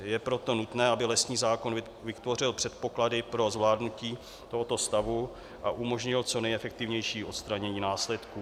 Je proto nutné, aby lesní zákon vytvořil předpoklady pro zvládnutí tohoto stavu a umožnil co nejefektivnější odstranění následků.